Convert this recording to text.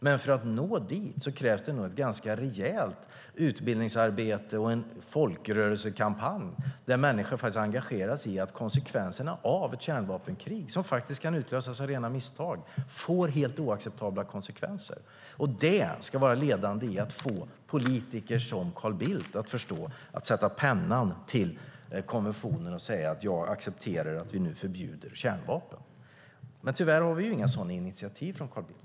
Men för att nå dit krävs det nog ett ganska rejält utbildningsarbete och en folkrörelsekampanj där människor engageras i att konsekvenserna av ett kärnvapenkrig, som faktiskt kan utlösas av rena misstag, är helt oacceptabla. Det ska vara ledande i att få politiker som Carl Bildt att sätta pennan till konventionen och säga: Jag accepterar att vi nu förbjuder kärnvapen. Men tyvärr har vi inga sådana initiativ från Carl Bildt.